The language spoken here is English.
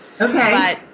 Okay